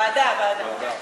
ועדה, ועדה.